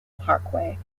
parkway